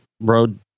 road